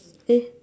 eh